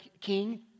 king